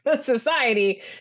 society